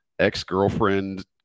ex-girlfriend